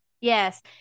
Yes